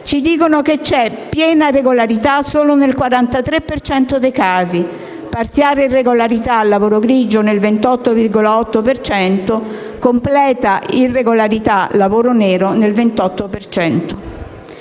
Ci dicono che c'è piena regolarità solo nel 43 per cento dei casi, parziale irregolarità (lavoro grigio) nel 28,8 per cento, completa irregolarità (lavoro nero) nel 28